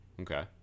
okay